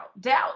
Doubt